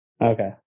Okay